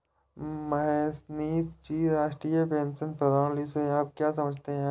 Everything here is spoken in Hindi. मोहनीश जी, राष्ट्रीय पेंशन प्रणाली से आप क्या समझते है?